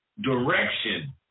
direction